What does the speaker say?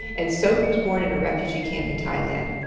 and sok was born in a refugee camp in thailand,